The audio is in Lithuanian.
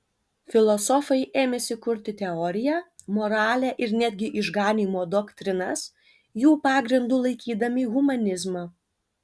filosofai ėmėsi kurti teoriją moralę ir netgi išganymo doktrinas jų pagrindu laikydami humanizmą